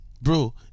Bro